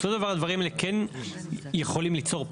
בסופו של דבר הדברים האלה כן יכולים ליצור פקק,